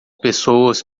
pessoas